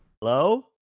hello